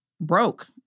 broke